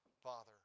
Father